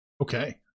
okay